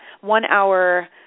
one-hour